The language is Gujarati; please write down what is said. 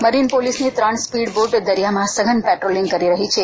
મરીન પોલીસની ત્રણ સ્પીડ બોટો દરિયાના સઘન પેટ્રોલીંગ કરી રહી છે